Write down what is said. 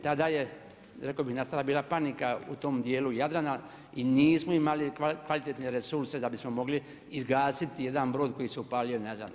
Tada je rekao bih nastala bila panika u tom dijelu Jadrana i nismo imali kvalitetne resurse da bismo mogli izgasiti jedan brod koji se upalio na Jadranu.